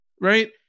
Right